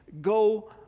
go